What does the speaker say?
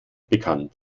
bekannt